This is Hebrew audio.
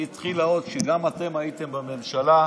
היא התחילה עוד כשגם אתם הייתם בממשלה.